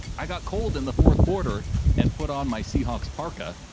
i got cold in the fourth quarter and put on my seahawks parka.